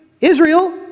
Israel